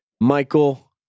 Michael